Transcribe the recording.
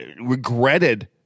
regretted